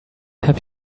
have